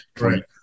right